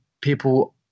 people